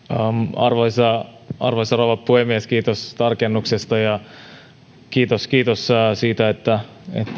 arvoisa arvoisa rouva puhemies kiitos tarkennuksesta ja kiitos kiitos siitä että